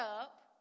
up